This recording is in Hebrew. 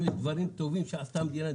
אם יש דברים טובים שעשתה המדינה,